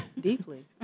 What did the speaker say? Deeply